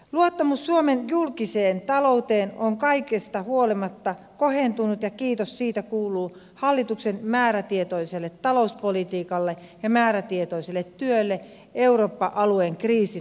luottamus suomen julkiseen talouteen on kaikesta huolimatta kohentunut ja kiitos siitä kuuluu hallituksen määrätietoiselle talouspolitiikalle ja määrätietoiselle työlle eurooppa alueen kriisin hoidossa